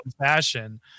fashion